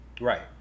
right